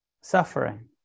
suffering